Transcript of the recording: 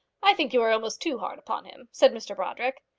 i think you are almost too hard upon him, said mr brodrick.